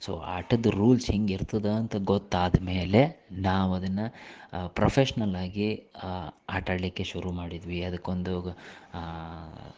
so ಆಟದ rules ಹೀಗಿರ್ತದಾ ಅಂತ ಗೊತ್ತಾದಮೇಲೆ ನಾವು ಅದನ್ನು ಪ್ರೊಫೆಷ್ನಲ್ ಆಗಿ ಆಟಾಡಲಿಕ್ಕೆ ಶುರು ಮಾಡಿದ್ವಿ ಅದಕ್ಕೊಂದೂ